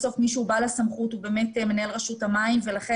בסוף מי שהוא בעל הסמכות הוא מנהל רשות המים ולכן